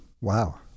Wow